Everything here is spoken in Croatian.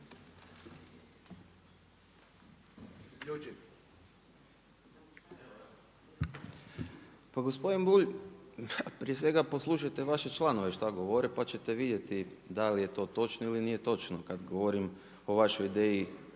Pa gospodin Bulj, prije svega poslušajte vaše članove što govore pa ćete vidjeti da li je to točno ili nije točno kada govorim o vašoj ideji